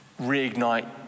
reignite